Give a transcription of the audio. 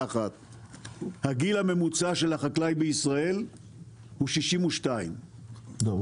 הגיל הממוצע של החקלאי בישראל הוא 62. לא,